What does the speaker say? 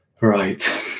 Right